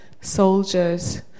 soldiers